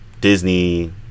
Disney